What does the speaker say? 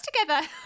together